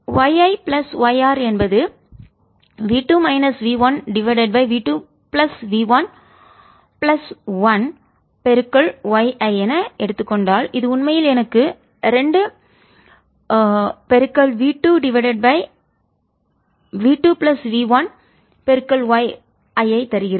y I plus yR என்பது V2 minus V1 divided by V2 plus V1 plus 1 y I என நான் எடுத்துக் கொண்டால்இது உண்மையில் எனக்கு 2 V2 divided by V 2 plus V 1 y I ஐ தருகிறது